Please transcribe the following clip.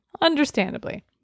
Understandably